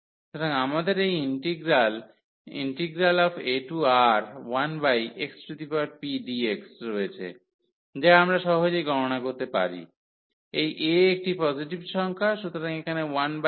সুতরাং আমাদের এই ইন্টিগ্রাল aR1xpdx রয়েছে যা আমরা সহজেই গণনা করতে পারি এই a একটি পজিটিভ সংখ্যা সুতরাং এখানে 1x b